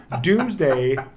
Doomsday